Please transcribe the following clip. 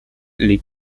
les